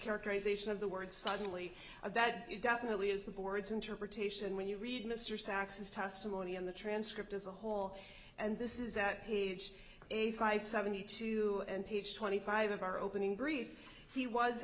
characterization of the word suddenly that it definitely is the board's interpretation when you read mr sax's testimony in the transcript as a whole and this is at eighty five seventy two and page twenty five of our opening brief he was